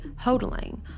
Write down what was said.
Hodling